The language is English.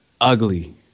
Ugly